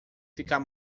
ficar